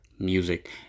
Music